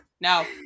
No